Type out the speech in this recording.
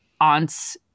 aunts